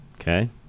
Okay